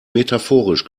metaphorisch